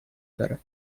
دارد